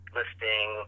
listing